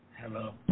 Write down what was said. Hello